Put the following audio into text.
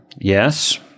Yes